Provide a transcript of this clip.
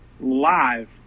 live